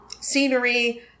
scenery